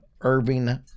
irving